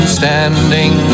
standing